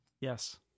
Yes